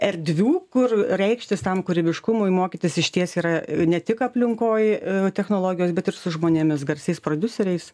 erdvių kur reikštis tam kūrybiškumui mokytis išties yra ne tik aplinkoj technologijos bet ir su žmonėmis garsiais prodiuseriais